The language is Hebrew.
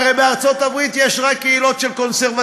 הרי בארצות-הברית יש רק קהילות של קונסרבטיבים.